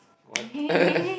what